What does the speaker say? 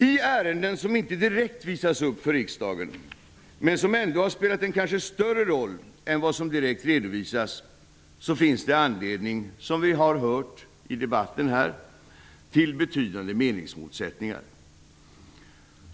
I ärenden som inte direkt visas upp för riksdagen, men som kanske ändå har spelat en större roll än vad som redovisas, finns det -- som vi har hört här i debatten -- anledning till betydande meningsmotsättningar.